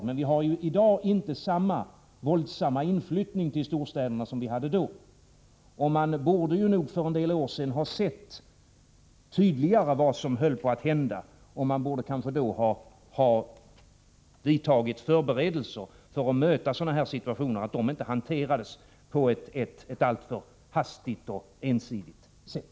Men vi har ju i dag inte samma våldsamma inflyttning till storstäderna som vi hade då. Man borde för en del år sedan tydligare ha sett vad som höll på att hända, och man borde kanske då ha gjort förberedelser för att möta sådana situationer, så att de inte hanterades på ett — Nr 72 alltför hastigt och ensidigt sätt.